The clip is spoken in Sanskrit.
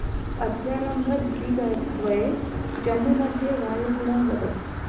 अद्यारभ्य द्विनद्वये जम्बु मध्ये वायुगुणं वदतु